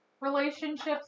relationships